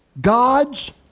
God's